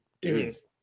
Dude's